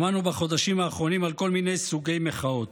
שמענו בחודשים האחרונים על כל מיני סוגי מחאות: